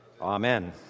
amen